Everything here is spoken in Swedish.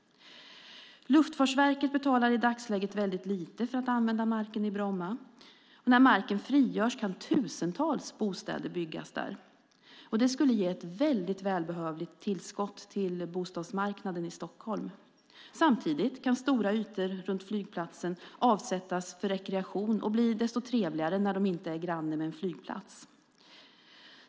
Luftfartsverket betalar i dagsläget lite för att använda marken i Bromma. När marken frigörs kan tusentals bostäder byggas där. Det skulle ge ett välbehövligt tillskott till bostadsmarknaden i Stockholm. Samtidigt kan stora ytor runt flygplatsen avsättas för rekreation och bli desto trevligare när de inte är granne med en flygplats.